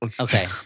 Okay